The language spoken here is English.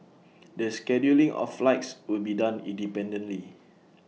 the scheduling of flights will be done independently